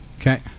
Okay